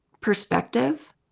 perspective